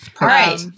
right